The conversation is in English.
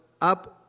up